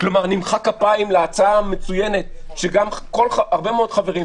נמחא כפיים להצעה המצוינת שהרבה מאוד חברים,